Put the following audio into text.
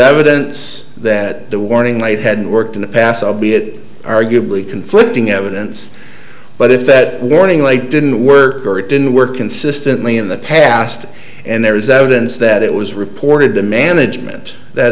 evidence that the warning light had worked in the pass a bit arguably conflicting evidence but if that warning late didn't work or it didn't work consistently in the past and there is evidence that it was reported the management that